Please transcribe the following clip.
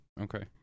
Okay